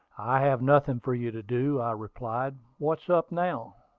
i have nothing for you to do, i replied. what's up now?